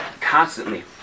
constantly